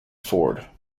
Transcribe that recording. ford